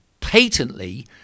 patently